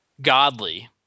godly